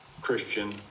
Christian